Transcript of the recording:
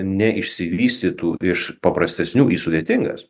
neišsivystytų iš paprastesnių į sudėtingas